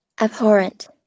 Abhorrent